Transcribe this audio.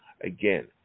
again